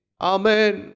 Amen